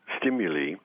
stimuli